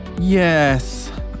Yes